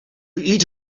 eat